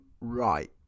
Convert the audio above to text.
Right